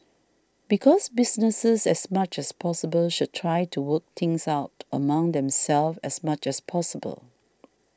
because businesses as much as possible should try to work things out among themselves as much as possible